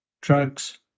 drugs